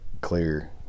clear